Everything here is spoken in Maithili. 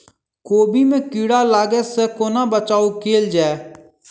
कोबी मे कीड़ा लागै सअ कोना बचाऊ कैल जाएँ?